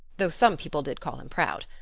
though some people did call him proud.